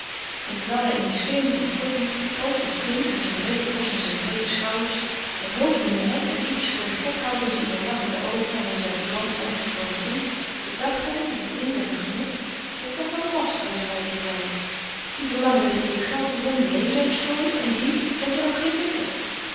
en terwijl hij in de schemering voortliep groot en flink met zijn breede borst en zijn breede schouders het hoofd in den nek en iets voor den gek houdends in zijn lachende oogen en om zijn pedant omgekrulden mond bedacht hij met een inwendig genot dat het toch wel lastig was rijk te zijn die verlangde dat je geld rondom je heen zou strooien en die dat je er op ging zitten